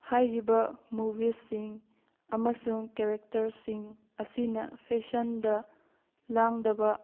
ꯍꯥꯏꯔꯤꯕ ꯃꯨꯚꯤꯁꯁꯤꯡ ꯑꯃꯁꯨꯡ ꯀꯦꯔꯦꯛꯇꯔꯁꯤꯡ ꯑꯁꯤꯅ ꯐꯦꯁꯟꯗ ꯂꯥꯡꯗꯕ